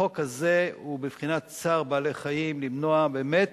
החוק הזה הוא בבחינת צער בעלי-חיים, למנוע באמת